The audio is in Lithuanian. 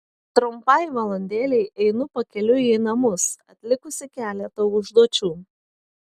trumpai valandėlei einu pakeliui į namus atlikusi keletą užduočių